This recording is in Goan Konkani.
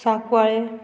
साकवाळें